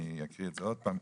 אני אקריא את זה עוד פעם,